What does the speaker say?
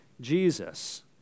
Jesus